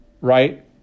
right